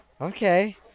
Okay